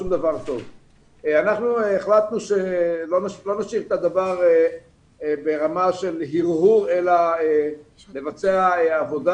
אנחנו החלטנו שלא נשאיר את הדבר ברמה של הרהור אלא נבצע עבודה.